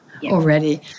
Already